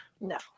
no